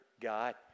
God